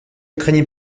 craignait